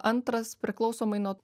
antras priklausomai nuo